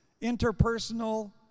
interpersonal